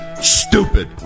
Stupid